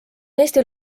eesti